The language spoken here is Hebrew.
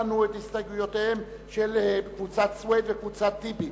הסתייגויותיהם של קבוצות סוייד ואחמד טיבי.